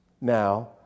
now